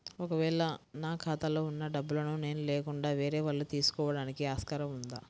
ఒక వేళ నా ఖాతాలో వున్న డబ్బులను నేను లేకుండా వేరే వాళ్ళు తీసుకోవడానికి ఆస్కారం ఉందా?